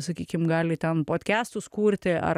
sakykim gali ten podkestus kurti ar